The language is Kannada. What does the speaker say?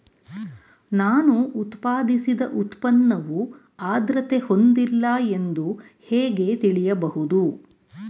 ನಾನು ಉತ್ಪಾದಿಸಿದ ಉತ್ಪನ್ನವು ಆದ್ರತೆ ಹೊಂದಿಲ್ಲ ಎಂದು ಹೇಗೆ ತಿಳಿಯಬಹುದು?